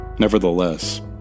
Nevertheless